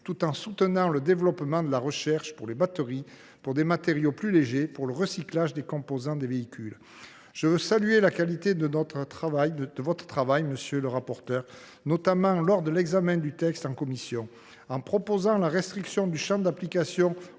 tout en soutenant la recherche dans le domaine des batteries, pour des matériaux plus légers et le recyclage des différents composants des véhicules. Je veux saluer la qualité de votre travail, monsieur le rapporteur, notamment lors de l’examen du texte en commission. En proposant de restreindre le champ d’application